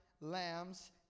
lambs